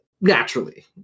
naturally